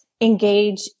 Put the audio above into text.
engage